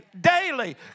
daily